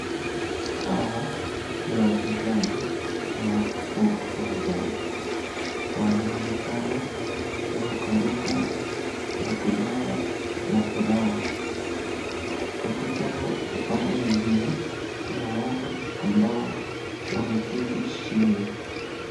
Hawa ni wachezaji na wako uwanjani. Wanaonekana kurukaruka na kujawa na furaha. Katika upande mwingine kuna watu ambao wameketi chini.